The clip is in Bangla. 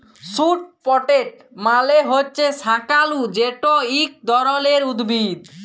স্যুট পটেট মালে হছে শাঁকালু যেট ইক ধরলের উদ্ভিদ